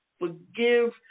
forgive